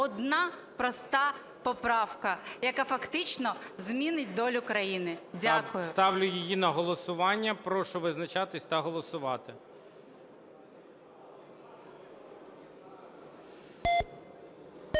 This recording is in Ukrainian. Одна проста поправка, яка фактично змінить долю країни. Дякую. ГОЛОВУЮЧИЙ. Ставлю її на голосування. Прошу визначатись та голосувати.